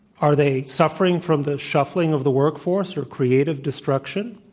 are they suffering from the shuffling of the workforce or creative destruction?